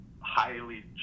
highly